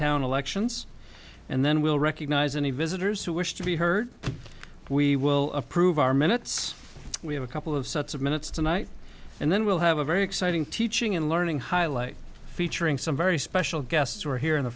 town elections and then we'll recognize any visitors who wish to be heard we will prove our minutes we have a couple of sets of minutes tonight and then we'll have a very exciting teaching and learning highlight featuring some very special guests who are here in the